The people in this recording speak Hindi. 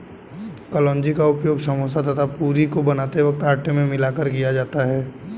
कलौंजी का उपयोग समोसा तथा पूरी को बनाते वक्त आटे में मिलाकर किया जाता है